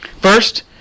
First